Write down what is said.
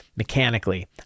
mechanically